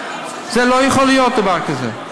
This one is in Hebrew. לא יכול להיות דבר כזה.